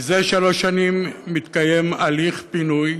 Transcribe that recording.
זה שלוש שנים מתקיים הליך פינוי,